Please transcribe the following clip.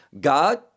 God